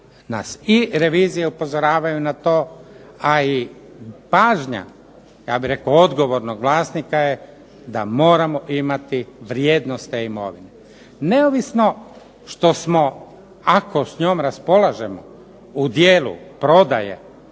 nas i revizije upozoravaju na to, a i pažnja ja bih rekao odgovornog vlasnika je da moramo imati vrijednost te imovine. Neovisno što smo, ako s njom raspolažemo u dijelu prodaje